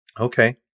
Okay